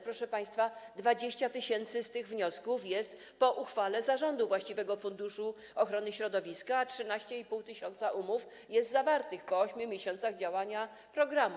Proszę państwa, 20 tys. z tych wniosków jest po uchwale zarządu właściwego funduszu ochrony środowiska, a 13,5 tys. umów zostało zawartych po 8 miesiącach działania programu.